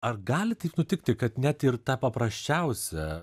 ar gali taip nutikti kad net ir tą paprasčiausią